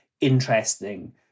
interesting